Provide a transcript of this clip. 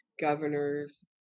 governor's